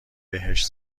بهش